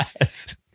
yes